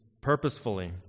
purposefully